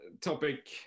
topic